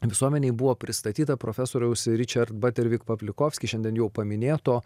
visuomenei buvo pristatyta profesoriaus ričard batervik pavlikovski šiandien jau paminėto